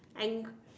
any